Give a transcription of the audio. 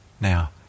now